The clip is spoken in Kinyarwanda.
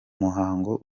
muhango